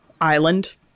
island